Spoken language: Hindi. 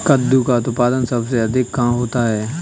कद्दू का उत्पादन सबसे अधिक कहाँ होता है?